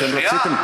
שנייה.